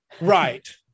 Right